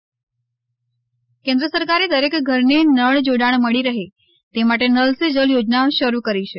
null Se Jal યોજના કેન્દ્ર સરકારે દરેક ઘરને નળ જોડાણ મળી રહે તે માટે નલ સે જલ ચોજના શરૂ કરી છે